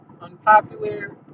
unpopular